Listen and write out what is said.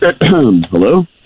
hello